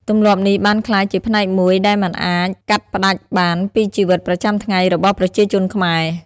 ទម្លាប់នេះបានក្លាយជាផ្នែកមួយដែលមិនអាចកាត់ផ្ដាច់បានពីជីវិតប្រចាំថ្ងៃរបស់ប្រជាជនខ្មែរ។